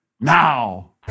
now